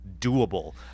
doable